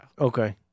Okay